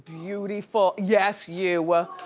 beautiful, yes you! aww.